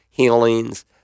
healings